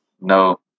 No